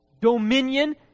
dominion